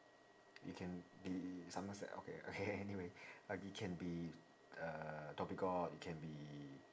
it can be somerset okay okay anyway uh it can be uh dhoby ghaut it can be